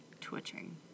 twitching